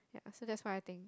yeah so that's what I think